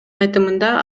айтымында